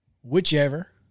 whichever